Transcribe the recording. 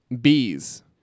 Bees